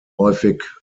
häufig